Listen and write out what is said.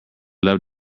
love